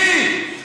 מי,